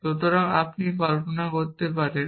সুতরাং আপনি কল্পনা করতে পারেন